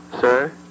Sir